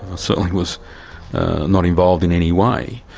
so was not involved in any way,